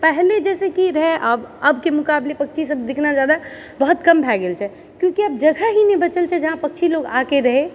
पहिले जैसे कि रहै आब आबके मुकाबले पक्षी सब दिखना जादा बहुत कम भए गेल छै क्योकि आब जगह ही नहि बचल छै जहाँ पक्षी लोग आके रहै